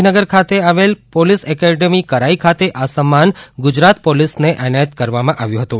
ગાંધીનગર ખાતે આવેલ police academy Karai ખાતે આ સમ્માન ગુજરાત પોલીસને એનાયત કરવામાં આવ્યું હતું